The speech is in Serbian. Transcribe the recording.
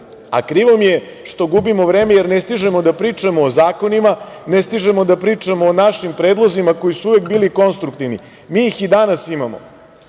A krivo mi je što gubimo vreme, jer ne stižemo da pričamo o zakonima, ne stižemo da pričamo o našim predlozima koji su uvek bili konstruktivni. Mi ih i danas